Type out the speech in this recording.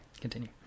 continue